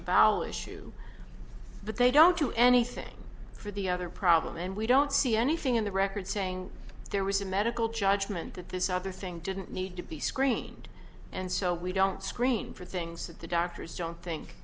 the bow issue but they don't do anything for the other problem and we don't see anything in the record saying there was a medical judgment that this other thing didn't need to be screened and so we don't screen for things that the doctors don't think